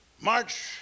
March